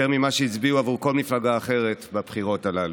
יותר ממה שהצביעו עבור כל מפלגה אחרת בבחירות הללו.